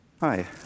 Hi